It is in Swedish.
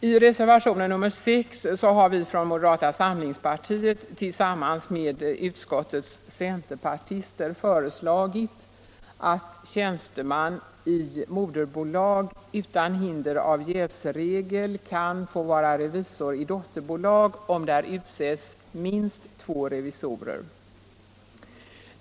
I reservation nr 6 har vi från moderata samlingspartiet tillsammans med utskottets centerpartister föreslagit att tjänsteman i moderbolag utan hinder av jävsregel kan få vara revisor i dotterbolag, om där utses minst två revisorer.